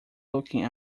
looking